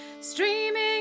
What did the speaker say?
Streaming